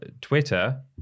Twitter